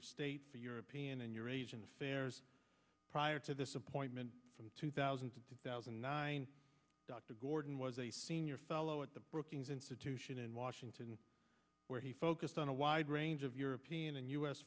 of state for european and your asian affairs prior to this appointment from two thousand to two thousand and nine dr gordon was a senior fellow at the brookings institution in washington where he focused on a wide range of european and u